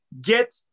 get